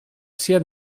sia